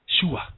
Shua